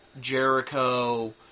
Jericho